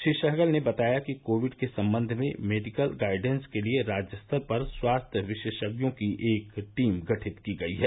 श्री सहगल ने बताया कि कोविड के संबंध में मेडिकल गाइडेंस के लिये राज्य स्तर पर स्वास्थ्य विशेषज्ञों की एक टीम गठित की गई है